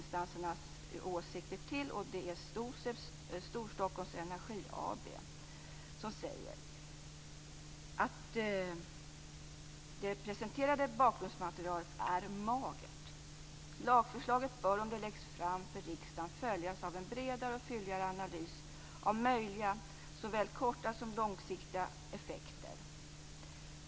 STOSEB, Storstockholms Energi AB, säger att det presenterade bakgrundsmaterialet är magert och att lagförslaget om det läggs fram för riksdagen bör följas av en bredare och fylligare analys av möjliga såväl kort som långsiktiga effekter.